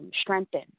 strengthen